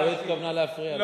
היא לא התכוונה להפריע לי.